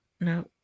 No